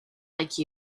like